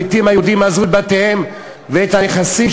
הפליטים היהודים עזבו את בתיהם ואת הנכסים